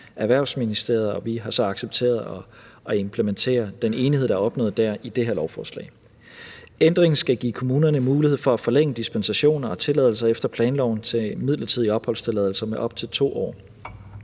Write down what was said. og vi har accepteret at implementere den enighed, der er opnået der, i det her lovforslag. Ændringen skal give kommunerne mulighed for at forlænge dispensationer og tilladelser efter planloven til midlertidige opholdssteder med op til 2 år.